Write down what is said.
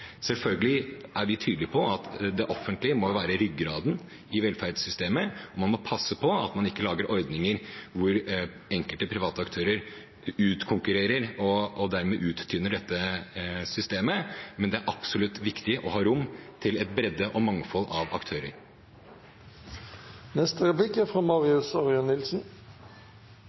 Selvfølgelig er vi tydelige på at det offentlige må være ryggraden i velferdssystemet, og man må passe på at man ikke lager ordninger hvor enkelte private aktører utkonkurrerer og dermed uttynner dette systemet, men det er absolutt viktig å ha rom for bredde og et mangfold av aktører.